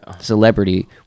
celebrity